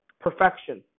perfection